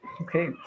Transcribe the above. okay